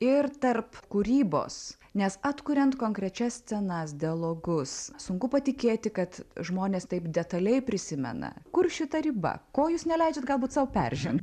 ir tarp kūrybos nes atkuriant konkrečias scenas dialogus sunku patikėti kad žmonės taip detaliai prisimena kur šita riba ko jūs neleidžiat galbūt sau peržengt